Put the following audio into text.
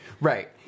Right